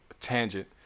tangent